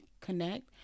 connect